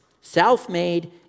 Self-made